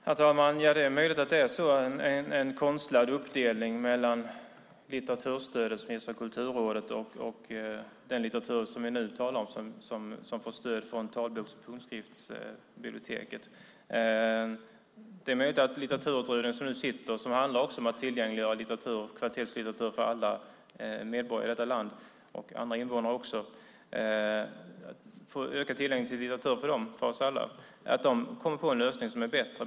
Herr talman! Det är möjligt att det är en konstlad uppdelning mellan litteraturstödet från Kulturrådet och den litteratur som vi nu talar om, som får stöd från Talboks och punktskriftsbiblioteket. Det är möjligt att Litteraturutredningen, som nu arbetar och även tar upp frågan om att tillgängliggöra kvalitetslitteratur för alla medborgare i landet, för oss alla, kommer på en lösning som är bättre.